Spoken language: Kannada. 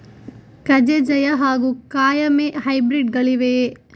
ಕಜೆ ಜಯ ಹಾಗೂ ಕಾಯಮೆ ಹೈಬ್ರಿಡ್ ಗಳಿವೆಯೇ?